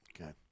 Okay